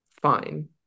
fine